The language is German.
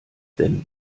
denn